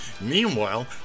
Meanwhile